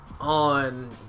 on